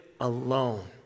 alone